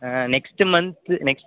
ah next month next